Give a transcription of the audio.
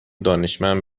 دانشمند